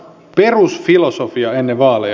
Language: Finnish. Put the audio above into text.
perusfilosofia ennen vaaleja